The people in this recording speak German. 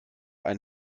ein